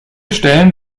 stellen